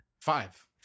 Five